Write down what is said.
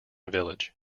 village